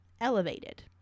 elevated